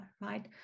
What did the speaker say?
right